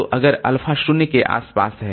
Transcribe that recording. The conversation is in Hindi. तो अगर अल्फा शून्य के आस पास है